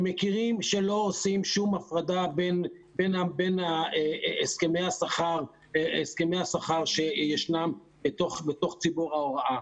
הם מכירים שלא עושים שום הפרדה בין הסכמי השכר שישנם בתוך ציבור ההוראה.